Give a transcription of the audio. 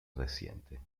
reciente